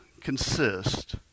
consist